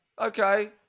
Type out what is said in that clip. okay